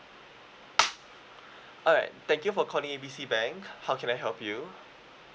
alright thank you for calling A B C bank how can I help you